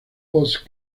post